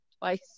twice